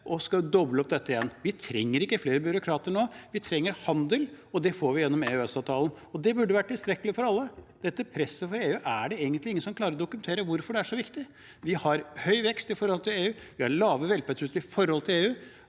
til å doble dette. Vi trenger ikke flere byråkrater nå. Vi trenger handel, og det får vi gjennom EØS-avtalen. Det burde være tilstrekkelig for alle. Dette presset for EU: Det er egentlig ingen som klarer å dokumentere hvorfor det er så viktig. Vi har høy vekst i forhold til EU, vi har lave velferdsutgifter i forhold til EU.